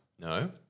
no